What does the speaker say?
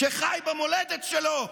שחי במולדת שלו,